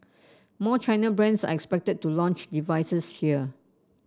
more China brands are expected to launch devices here